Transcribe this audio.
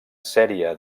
sèrie